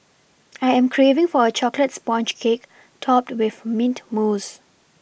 I am craving for a chocolate sponge cake topped with mint mousse